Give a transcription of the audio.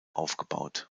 aufgebaut